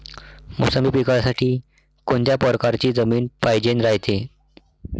मोसंबी पिकासाठी कोनत्या परकारची जमीन पायजेन रायते?